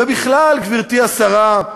ובכלל, גברתי השרה,